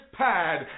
pad